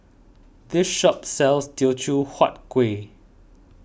this shop sells Teochew Huat Kueh